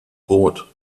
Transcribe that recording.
brot